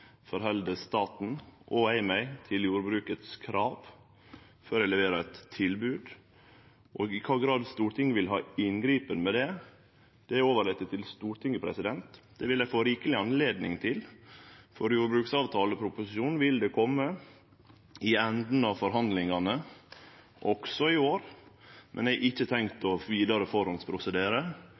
staten og eg meg til krava frå jordbruket før eg leverer eit tilbod. I kva grad Stortinget vil gripe inn i det, overlèt eg til Stortinget. Det vil ein få rikeleg anledning til, for jordbruksavtaleproposisjonen vil kome i enden av forhandlingane også i år, men eg har ikkje tenkt å